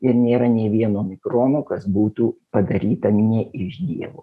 ir nėra nei vieno mikrono kas būtų padaryta minė ir iš dievo